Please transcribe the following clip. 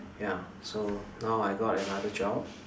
ya so now I got another job